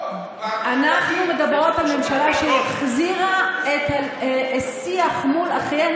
אנחנו מדברות על ממשלה שהחזירה את השיח מול אחינו